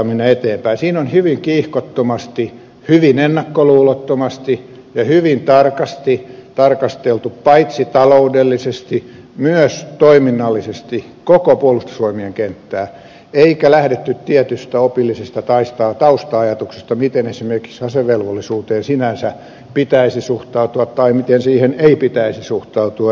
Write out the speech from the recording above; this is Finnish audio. siinä on hyvin kiihkottomasti hyvin ennakkoluulottomasti ja hyvin tarkasti tarkasteltu paitsi taloudellisesti myös toiminnallisesti koko puolustusvoimien kenttää eikä lähdetty tietystä opillisesta tausta ajatuksesta miten esimerkiksi asevelvollisuuteen sinänsä pitäisi suhtautua tai miten siihen ei pitäisi suhtautua